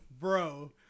bro